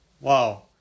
Wow